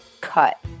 cut